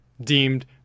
deemed